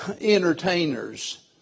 entertainers